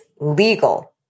legal